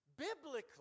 Biblically